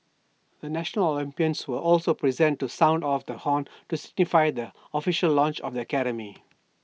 the national Olympians were also present to sound off the horn to signify the official launch of the academy